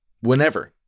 whenever